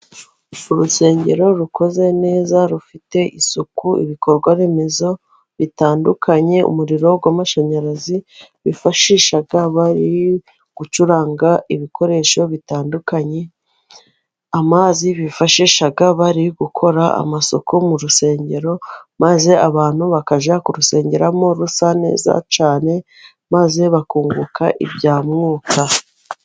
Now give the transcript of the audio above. Urusengero rukoze neza rufite isuku, ibikorwa remezo bitandukanye, umuriro w'amashanyarazi bifashisha bari gucuranga ibikoresho bitandukanye, amazi bifashisha bari gukora amasuku mu rusengero, maze abantu bakajya kurusengeramo rusa neza cyane, maze bakunguka ibya mwuka.